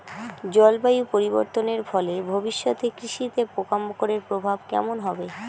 জলবায়ু পরিবর্তনের ফলে ভবিষ্যতে কৃষিতে পোকামাকড়ের প্রভাব কেমন হবে?